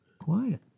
Quiet